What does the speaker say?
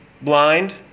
blind